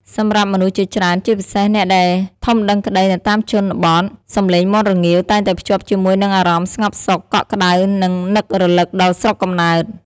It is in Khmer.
សម្រាប់មនុស្សជាច្រើន ជាពិសេសអ្នកដែលធំដឹងក្តីនៅតាមជនបទ សំឡេងមាន់រងាវតែងតែភ្ជាប់ជាមួយនឹងអារម្មណ៍ស្ងប់សុខ កក់ក្តៅ និងនឹករលឹកដល់ស្រុកកំណើត។